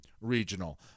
regional